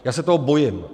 Já se toho bojím.